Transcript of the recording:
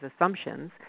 assumptions